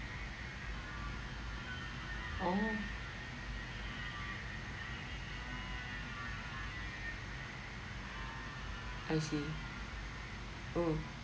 oh I see oh